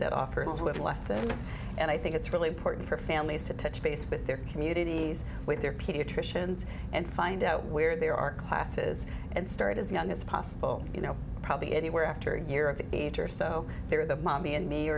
that offers little lessons and i think it's really important for families to touch base with their communities there are pediatricians and find out where there are classes and start as young as possible you know probably anywhere after year at the beach or so there are the mommy and me